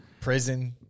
Prison